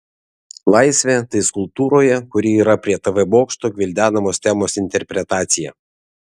laisvė tai skulptūroje kuri yra prie tv bokšto gvildenamos temos interpretacija